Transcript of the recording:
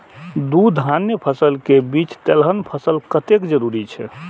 दू धान्य फसल के बीच तेलहन फसल कतेक जरूरी छे?